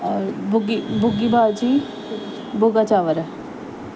और भुॻी भुॻी भाॼी भुॻा चांवरु